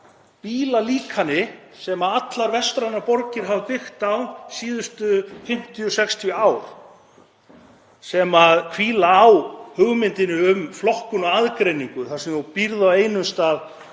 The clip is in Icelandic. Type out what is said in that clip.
bílalíkani sem allar vestrænar borgir hafa byggt eftir síðustu 50–60 ár. Þær hvíla á hugmyndinni um flokkun og aðgreiningu þar sem þú býrð á einum stað,